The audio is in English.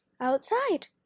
outside